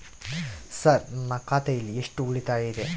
Sir ನನ್ನ ಖಾತೆಯಲ್ಲಿ ಎಷ್ಟು ಉಳಿತಾಯ ಇದೆ?